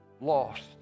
lost